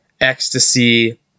Ecstasy